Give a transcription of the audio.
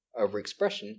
overexpression